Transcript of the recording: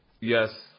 yes